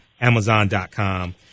Amazon.com